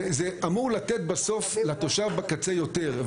זה אמור לתת בסוף לתושב בקצה יותר.